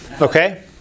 Okay